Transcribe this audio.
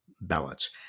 ballots